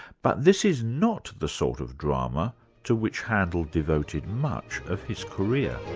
but this is not the sort of drama to which handel devoted much of his career.